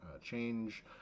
change